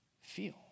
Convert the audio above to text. feel